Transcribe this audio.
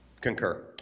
Concur